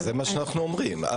זה מה שאנו אומרים.